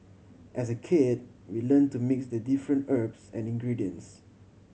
as a kid we learnt to mix the different herbs and ingredients